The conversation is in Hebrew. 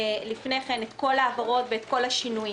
לפני כן את כל ההעברות ואת כל השינויים.